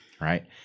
right